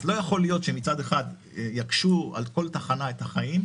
לא יכול להיות שמצד אחד יקשו על כל תחנה את החיים,